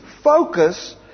focus